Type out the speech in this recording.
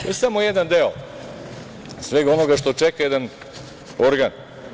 Još samo jedan deo svega onoga što čeka jedan organ.